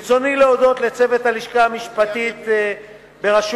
ברצוני להודות לצוות הלשכה המשפטית בראשות